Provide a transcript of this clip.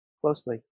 closely